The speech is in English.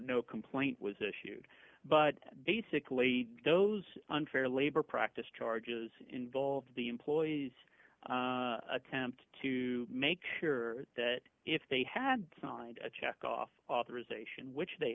no complaint was issued but basically those unfair labor practice charges involve the employees attempt to make sure that if they had signed a check off authorization which they